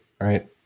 right